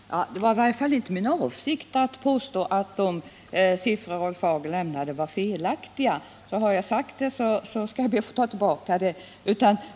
Herr talman! Det var i varje fall inte min avsikt att påstå att de siffror Rolf Hagel lämnade var felaktiga — har jag sagt det så ber jag att få ta tillbaka det.